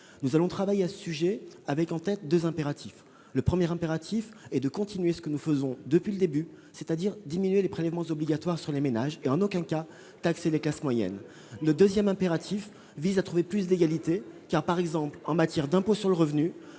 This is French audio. Nous allons travailler sur ce sujet avec en tête deux impératifs. Le premier est de continuer ce que nous faisons depuis le début, c'est-à-dire diminuer les prélèvements obligatoires sur les ménages et, en aucun cas, taxer les classes moyennes. Allons ! Le deuxième vise à renforcer l'égalité. Ainsi, en matière d'impôt sur le revenu,